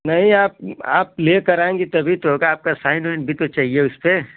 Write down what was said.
नहीं आप आप लेकर आएंगी तभी तो आपका साइन उईन भी तो चाहिए उस पर